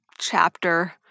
chapter